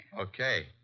Okay